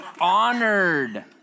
honored